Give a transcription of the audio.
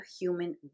human